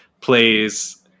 plays